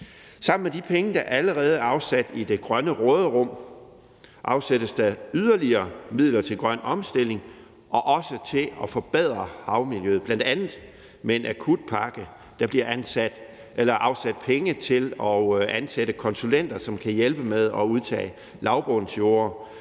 Sammen med de penge, der allerede er afsat i det grønne råderum, afsættes der yderligere midler til grøn omstilling og også til at forbedre havmiljøet, bl.a. med en akutpakke. Der bliver afsat penge til at ansætte konsulenter, som kan hjælpe med at udtage lavbundsjorder.